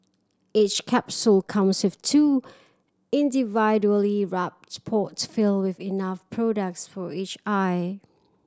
each capsule comes with two individually wrapped pods filled with enough products for each eye